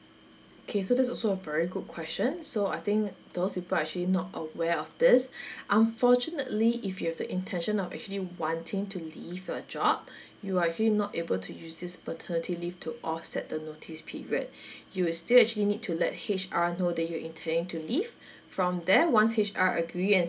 okay so this is also very good question so I think those people are actually not aware of this unfortunately if you have the intention of actually wanting to leave your job you are actually not able to use this maternity leave to offset the notice period you will still actually need to let h H_R know that you're intending to leave from there once H_R agree and